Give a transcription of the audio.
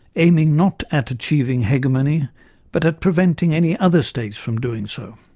aiming not at achieving hegemony but at preventing any other states from doing so,